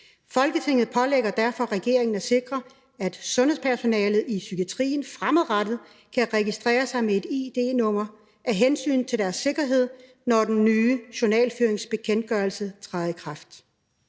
Folketinget pålægger derfor regeringen at sikre, at sundhedspersonalet i psykiatrien fremadrettet kan registrere sig med et ID-nummer af hensyn til deres sikkerhed, når den nye journalføringsbekendtgørelse træder i kraft.«